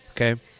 okay